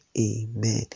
Amen